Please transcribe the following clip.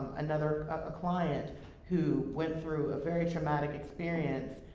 another, a client who went through a very traumatic experience,